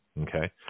Okay